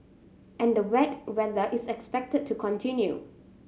and the wet weather is expected to continue